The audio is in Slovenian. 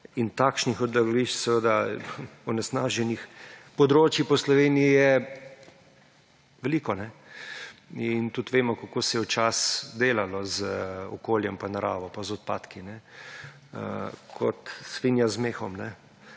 Takšnih odlagališč, onesnaženih območij po Sloveniji je veliko in tudi vemo, kako se je včasih delalo z okoljem pa naravo pa z odpadki ‒ kot svinja z mehom.